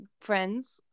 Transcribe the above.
friends